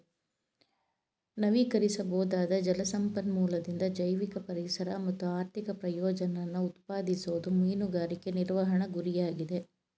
ನವೀಕರಿಸಬೊದಾದ ಜಲ ಸಂಪನ್ಮೂಲದಿಂದ ಜೈವಿಕ ಪರಿಸರ ಮತ್ತು ಆರ್ಥಿಕ ಪ್ರಯೋಜನನ ಉತ್ಪಾದಿಸೋದು ಮೀನುಗಾರಿಕೆ ನಿರ್ವಹಣೆ ಗುರಿಯಾಗಿದೆ